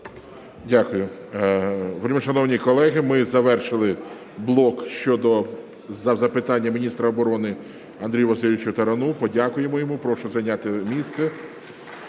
Дякую. Вельмишановні колеги, ми завершили блок щодо запитань міністру оборони Андрію Васильовичу Тарану, подякуємо йому. Прошу зайняти місце.